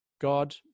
God